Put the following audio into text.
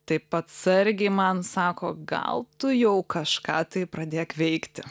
taip atsargiai man sako gal tu jau kažką tai pradėk veikti